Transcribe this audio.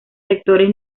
sectores